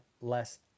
less